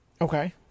okay